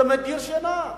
זה מדיר שינה.